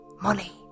money